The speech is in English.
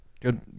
Good